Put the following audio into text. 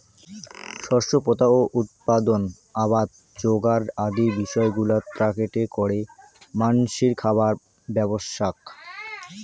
শস্য পোতা ও উৎপাদন, আবাদ যোগার আদি বিষয়গুলা এ্যাকেটে করে মানষির খাবার ব্যবস্থাক